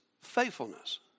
faithfulness